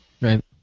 Right